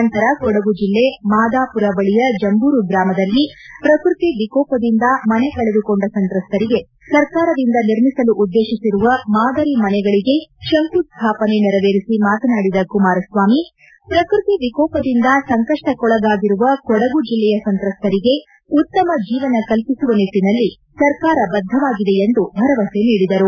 ನಂತರ ಕೊಡಗು ಜಿಲ್ಲೆ ಮಾದಾಪುರ ಬಳಿಯ ಜಂಬೂರು ಗ್ರಾಮದಲ್ಲಿ ಪ್ರಕೃತಿ ವಿಕೋಪದಿಂದ ಮನೆ ಕಳೆದುಕೊಂಡ ಸಂತ್ರಸ್ತರಿಗೆ ಸರ್ಕಾರದಿಂದ ನಿರ್ಮಿಸಲು ಉದ್ದೇಶಿಸಿರುವ ಮಾದರಿ ಮನೆಗಳಿಗೆ ಶಂಕುಸ್ಥಾಪನೆ ನೆರವೇರಿಸಿ ಮಾತನಾಡಿದ ಕುಮಾರಸ್ವಾಮಿ ಪ್ರಕೃತಿ ವಿಕೋಪದಿಂದ ಸಂಕಪ್ಸಕ್ಕೊಳಗಾಗಿರುವ ಕೊಡಗು ಜಿಲ್ಲೆಯ ಸಂತ್ರಸ್ತರಿಗೆ ಉತ್ತಮ ಜೀವನ ಕಲ್ಪಿಸುವ ನಿಟ್ಟನಲ್ಲಿ ಸರ್ಕಾರ ಬದ್ದವಾಗಿದೆ ಎಂದು ಭರವಸೆ ನೀಡಿದರು